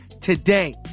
today